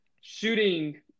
shooting